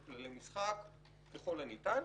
יש כללי משחק ככל הניתן.